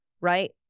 right